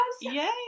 Yay